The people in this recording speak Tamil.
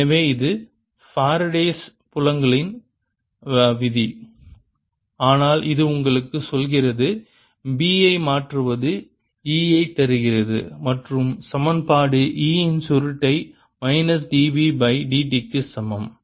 எனவே இது ஃபாரடேயின் Faradays புலங்களின் விதி ஆனால் இது உங்களுக்கு சொல்கிறது B ஐ மாற்றுவது E ஐ தருகிறது மற்றும் சமன்பாடு E இன் சுருட்டை மைனஸ் dB பை dt க்கு சமம்